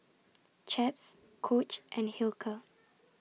Chaps Coach and Hilker